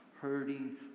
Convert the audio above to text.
hurting